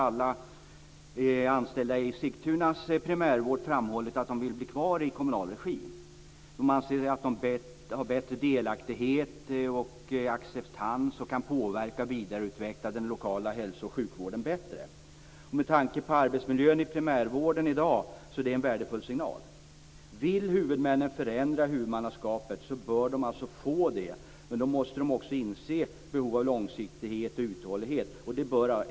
Alla anställda inom Sigtunas primärvård har framhållit att de vill vara kvar i kommunal regi. De anser att de är mer delaktiga, får bättre acceptans och att de bättre kan påverka och vidareutveckla den lokala hälso och sjukvården. Med tanke på arbetsmiljön i primärvården i dag är det en värdefull signal. Vill huvudmännen förändra huvudmannaskapet bör de få göra det. Men då måste de inse behovet av långsiktighet och uthållighet.